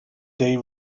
day